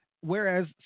whereas